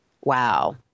wow